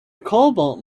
cobalt